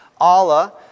Allah